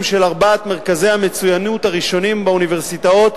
של ארבעת מרכזי המצוינות הראשונים באוניברסיטאות,